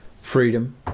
freedom